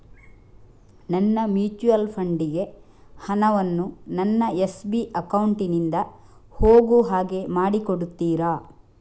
ನನ್ನ mutual fund ಗೆ ಹಣ ವನ್ನು ನನ್ನ ಎಸ್.ಬಿ ಅಕೌಂಟ್ ನಿಂದ ಹೋಗು ಹಾಗೆ ಮಾಡಿಕೊಡುತ್ತೀರಾ?